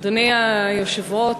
אדוני היושב-ראש,